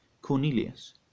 Cornelius